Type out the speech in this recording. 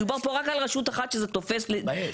מדובר פה רק על רשות אחת שזה תופס לגביה.